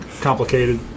complicated